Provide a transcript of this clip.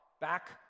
back